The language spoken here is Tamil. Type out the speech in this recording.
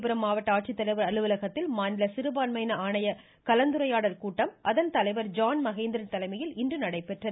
காஞ்சிபுரம் மாவட்ட ஆட்சித்தலைவர் அலுவலகத்தில் மாநில சிறுபான்மையின ஆணைய கலந்துரையாடல் கூட்டம் அதன் தலைவர் ஜான் மகேந்திரன் தலைமையில் இன்று நடைபெற்றது